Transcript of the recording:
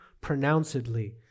pronouncedly